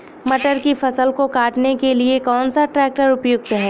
मटर की फसल को काटने के लिए कौन सा ट्रैक्टर उपयुक्त है?